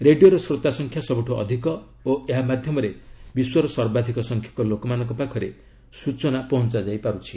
ରେଡିଓର ଶ୍ରୋତା ସଂଖ୍ୟା ସବୁଠୁ ଅଧିକ ଓ ଏହା ମାଧ୍ୟମରେ ବିଶ୍ୱର ସର୍ବାଧିକ ସଂଖ୍ୟକ ଲୋକମାନଙ୍କ ପାଖରେ ସୂଚନା ପହଞ୍ଚାଯାଇ ପାରୁଛି